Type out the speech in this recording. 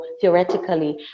theoretically